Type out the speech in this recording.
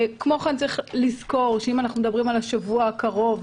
כמו כן צריך לזכור שאם אנחנו מדברים על השבוע הקרוב,